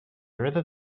river